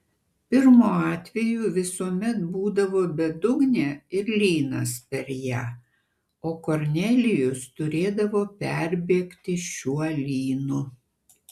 pirmu atveju visuomet būdavo bedugnė ir lynas per ją o kornelijus turėdavo perbėgti šiuo lynu